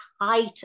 height